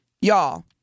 y'all